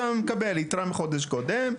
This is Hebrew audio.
אתה מקבל יתרה מחודש קודם,